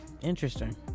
Interesting